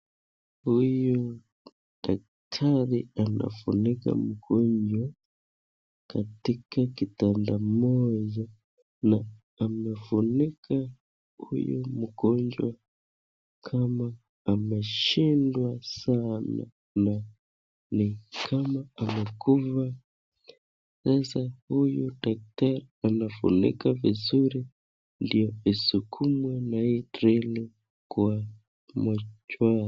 Huyu dakitari anafunika mgonjwa katika kitanda moja na anafunika huyu mgonjwa kama ameshindwa sana na nikama huyu dakitari anafunika vizuri ndio isikumwe ha hii trolly kwa mortuary